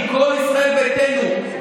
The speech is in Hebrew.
כל ישראל ביתנו,